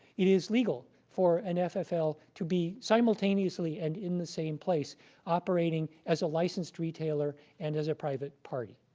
it is legal legal for an ffl to be simultaneously and in the same place operating as a licensed retailer and as a private party.